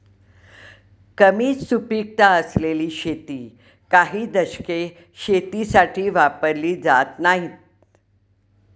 कमी सुपीकता असलेली शेती काही दशके शेतीसाठी वापरली जात नाहीत